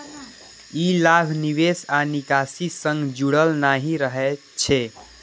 ई लाभ निवेश आ निकासी सं जुड़ल नहि रहै छै